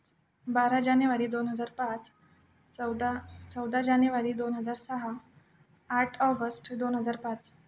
बारा जानेवारी दोन हजार पाच चौदा चौदा जानेवारी दोन हजार सहा आठ ऑगस्ट दोन हजार पाच